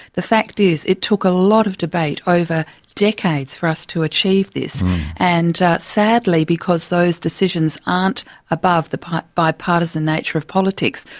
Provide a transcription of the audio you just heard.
the fact is, it took a lot of debate over decades for us to achieve this and sadly because those decisions aren't above the bipartisan nature of politics,